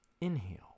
Inhale